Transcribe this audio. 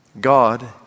God